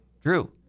Drew